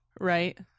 Right